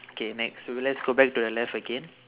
K next so let's go back to the left again